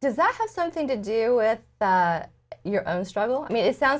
does that have something to do with your own struggle i mean it sounds